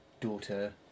daughter